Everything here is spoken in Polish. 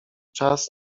czas